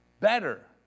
Better